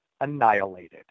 Annihilated